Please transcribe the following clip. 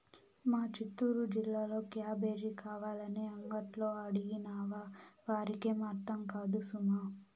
మా చిత్తూరు జిల్లాలో క్యాబేజీ కావాలని అంగట్లో అడిగినావా వారికేం అర్థం కాదు సుమా